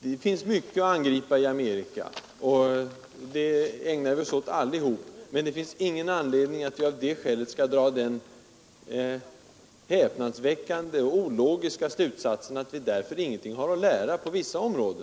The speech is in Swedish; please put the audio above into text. Det finns mycket att angripa i Amerika, och det ägnar vi oss åt alla, men det finns ingen anledning att av det skälet dra den häpnadsväckande och ologiska slutsatsen att vi därför inte har någonting att lära på något område.